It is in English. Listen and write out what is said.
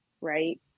right